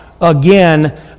Again